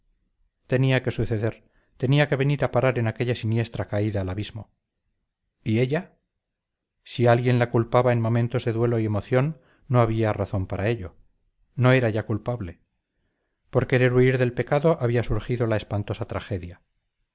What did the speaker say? tenía que suceder tenía que venir a parar en aquella siniestra caída al abismo y ella si alguien la culpaba en momentos de duelo y emoción no había razón para ello no era ya culpable por querer huir del pecado había surgido la espantosa tragedia